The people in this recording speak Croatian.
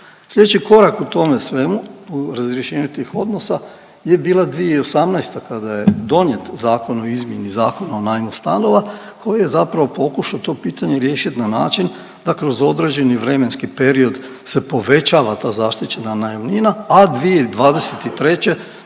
Sljedeći korak u tome svemu, u razrješenju tih odnosa je bila 2018. kada je donijet Zakon o izmjeni Zakona o najmu stanova koji je zapravo pokušao to pitanje riješiti na način da kroz određeni vremenski period se povećava ta zaštićena najamnina, a 2023.